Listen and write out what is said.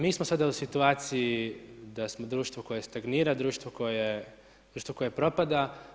Mi smo sada u situaciji da smo društvo koje stagnira, društvo koje propada.